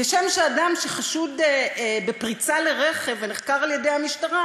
כשם שאדם שחשוד בפריצה לרכב ונחקר על-ידי המשטרה,